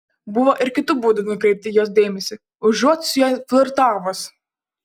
buvo ir kitų būdų nukreipti jos dėmesį užuot su ja flirtavus